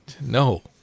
No